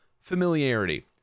familiarity